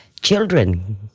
children